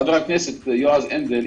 חבר הכנסת יועז הנדל,